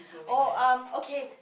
oh um okay